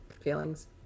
feelings